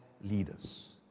leaders